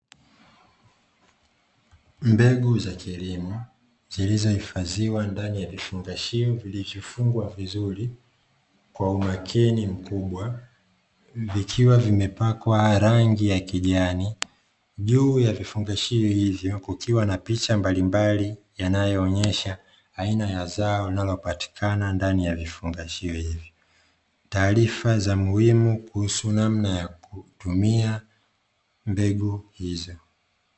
Mbegú za kilimo zilizohifadhiwa ndani ya vifungashio vilivyofungwa vizuri kwa umakini mkubwa, vikiwa vimepakwa rangi ya kijani juu ya vifungashio hizi, ukiwa na picha mbalimbali yanayoonyesha aina ya zao linalopatikana ndani ya vifungashio hizi. Taarifa za muhimu kuhusu namna ya kutumia mbegu hizi.